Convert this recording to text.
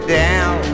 down